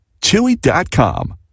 Chewy.com